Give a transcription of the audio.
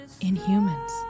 Inhumans